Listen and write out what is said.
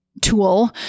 Tool